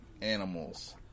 animals